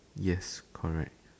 yes correct